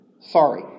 sorry